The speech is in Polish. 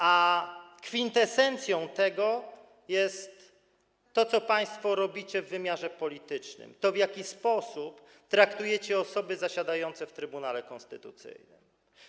A kwintesencją tego jest to, co państwo robicie w wymiarze politycznym, to, w jaki sposób traktujecie osoby zasiadające w Trybunale Konstytucyjnym.